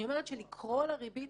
לקרוא לריבית